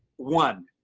one.